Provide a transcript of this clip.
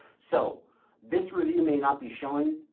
so this review may not be showing,